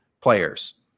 players